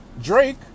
Drake